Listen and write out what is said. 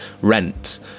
Rent